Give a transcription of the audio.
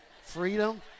freedom